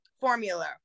formula